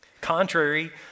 Contrary